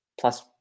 plus